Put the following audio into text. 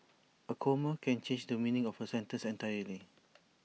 A comma can change the meaning of A sentence entirely